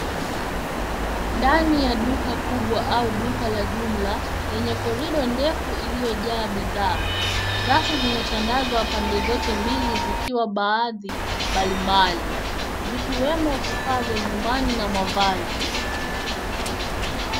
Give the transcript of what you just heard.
Ndani ya duka kubwa au duka la jumla lenye corridor ndefu iliyojaa bidhaa. Rafu zimetandazwa pande zote mbili zikiwa baadhi mbali mbali, zikiwemo vifaa vya nyumbani na mavazi.